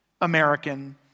American